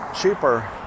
cheaper